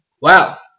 Wow